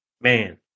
man